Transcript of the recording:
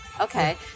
Okay